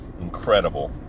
incredible